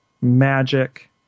magic